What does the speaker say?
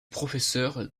professeur